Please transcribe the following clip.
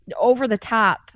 over-the-top